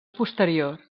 posterior